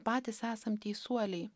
patys esam teisuoliai